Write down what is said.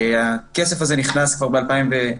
הכסף הזה נכנס כבר ב-2019,